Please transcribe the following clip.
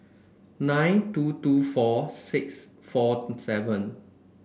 nine two two four six four seven